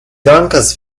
dankas